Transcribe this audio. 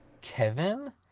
Kevin